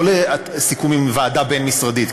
לא לסיכום עם ועדה בין-משרדית.